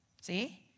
See